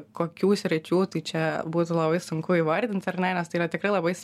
kokių sričių tai čia būtų labai sunku įvardint ar ne nes tai yra tikrai labai